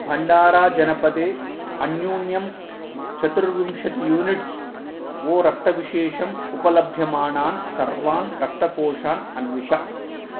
भण्डाराजनपदे अन्यूनं चतुर्विंशतिः units O रक्तविशेषम् उपलभ्यमानान् सर्वान् रक्तकोषान् अन्विष